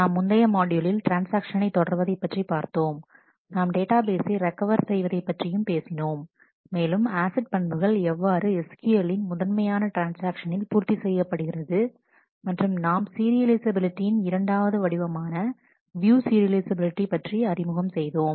நாம் முந்தைய மாட்யூலில் ட்ரான்ஸ்ஆக்ஷனை தொடர்வதை பற்றி பார்த்தோம் நாம் டேட்டா பேசை ரெக்கவர் செய்வதைப் பற்றியும் பேசினோம் மேலும் ஆசிட் பண்புகள் எவ்வாறு SQL லின் முதன்மையான ட்ரான்ஸ்ஆக்ஷனில் பூர்த்தி செய்யப்படுகிறது மற்றும் நாம் சீரியலைஃசபிலிட்டியின் இரண்டாவது வடிவமான வியூ சீரியலைஃசபிலிட்டி பற்றி அறிமுகம் செய்தோம்